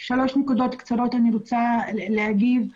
אני רוצה להעלות שלוש נקודות קצרות.